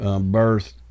birth